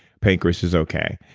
pancreas is okay.